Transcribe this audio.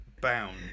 bound